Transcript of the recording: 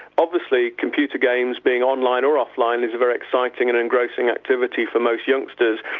obviously computer games being online or offline is a very exciting and engrossing activity for most youngsters.